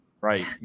right